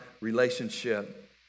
relationship